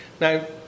Now